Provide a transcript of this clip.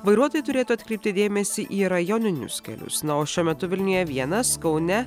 vairuotojai turėtų atkreipti dėmesį į rajoninius kelius na o šiuo metu vilniuje vienas kaune